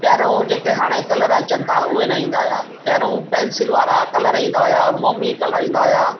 पहिरियों हाणे जेके कलर अचनि था उहे न ईंदा हुआ पहिरियों उहा पेंसिल वारा कलर ईंदा हुआ मोमी कलर ईंदा हुआ